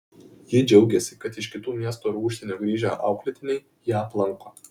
ji džiaugiasi kad iš kitų miestų ar užsienio grįžę auklėtiniai ją aplanko